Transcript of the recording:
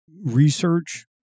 research